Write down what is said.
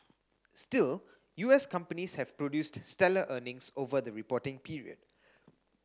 still U S companies have produced stellar earnings over the reporting period